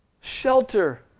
Shelter